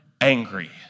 angry